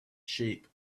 sheep